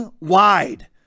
wide